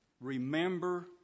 Remember